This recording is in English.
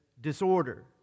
disorder